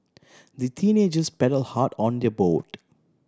the teenagers paddle hard on their boat